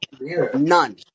None